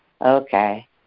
Okay